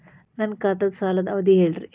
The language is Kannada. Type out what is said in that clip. ನನ್ನ ಖಾತಾದ್ದ ಸಾಲದ್ ಅವಧಿ ಹೇಳ್ರಿ